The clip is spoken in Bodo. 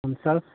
पन्सास